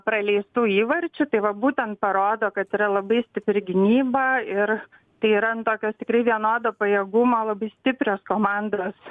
praleistų įvarčių tai va būtent parodo kad yra labai stipri gynyba ir tai yra nu tokio tikrai vienodo pajėgumo labai stiprios komandos